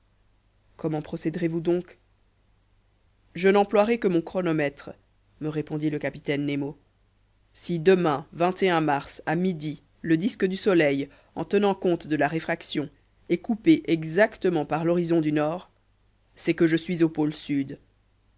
comment procéderez vous donc je n'emploierai que mon chronomètre me répondit le capitaine nemo si demain mars à midi le disque du soleil en tenant compte de la réfraction est coupé exactement par l'horizon du nord c'est que je suis au pôle sud